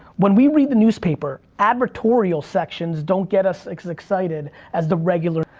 when we read the newspaper, advertorial sections don't get us as excited as the regular.